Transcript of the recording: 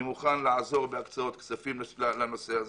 אני מוכן לעזור בהקצאות כספים ומשאבים לנושא הזה.